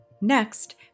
Next